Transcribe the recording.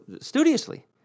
studiously